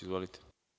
Izvolite.